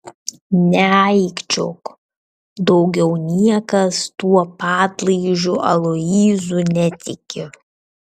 neaikčiok daugiau niekas tuo padlaižiu aloyzu netiki